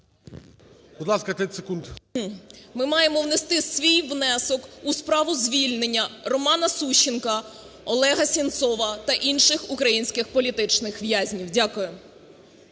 Ми маємо внести свій внесок у справу звільнення Романа Сущенка, Олега Сенцова та інших українських політичних в'язнів. Дякую.